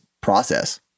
process